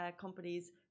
companies